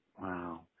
Wow